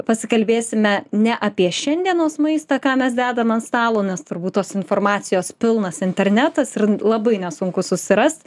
pasikalbėsime ne apie šiandienos maistą ką mes dedam ant stalo nes turbūt tos informacijos pilnas internetas ir labai nesunku susirast